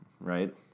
right